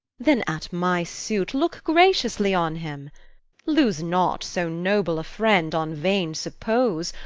then at my suit look graciously on him lose not so noble a friend on vain suppose,